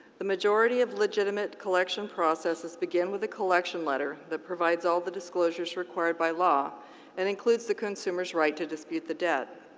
the majority of legitimate collection processes begin with a collection letter that provides all the disclosures required by law and includes the consumer's right to dispute the debt.